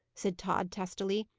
said tod, testily.